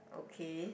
okay